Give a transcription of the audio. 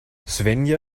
svenja